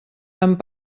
amb